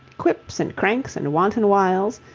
quips and cranks and wanton wiles,